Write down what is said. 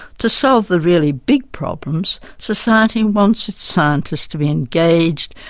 to solve the really big problems, society wants its scientists to be engaged,